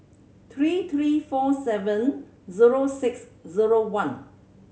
three three four seven zero six zero one